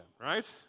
right